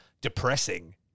depressing